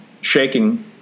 shaking